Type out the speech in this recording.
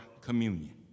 communion